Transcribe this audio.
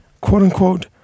quote-unquote